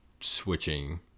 switching